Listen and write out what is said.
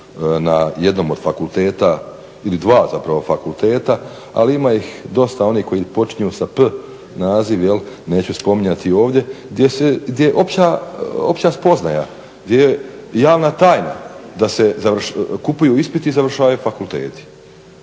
na jednom od fakulteta ili dva zapravo fakulteta, ali ima ih dosta onih koji počinju sa p, naziv, neću spominjati ovdje, gdje je opća spoznaja, gdje je javna tajna da se kupuju ispiti i završavaju fakulteti,